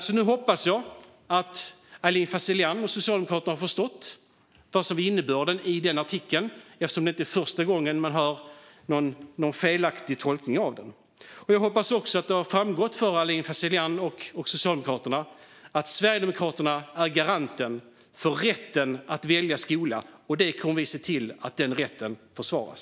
Jag hoppas att Aylin Fazelian och Socialdemokraterna har förstått innebörden i debattartikeln eftersom det inte är första gången jag hör en felaktig tolkning av den. Jag hoppas också att det har framgått för Aylin Fazelian och Socialdemokraterna att Sverigedemokraterna är garanten för rätten att välja skola och kommer att se till att den rätten försvaras.